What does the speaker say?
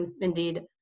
indeed